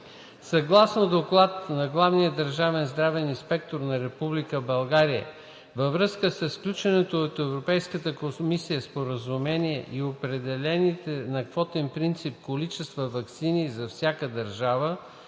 Съгласно доклад на главния държавен здравен инспектор на Република България във връзка със сключеното от Европейската комисия Споразумение и определените на квотен принцип количества ваксини за всяка държава